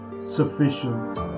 sufficient